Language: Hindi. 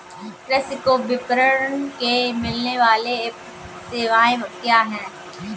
कृषि को विपणन से मिलने वाली सेवाएँ क्या क्या है